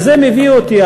וזה מביא אותי,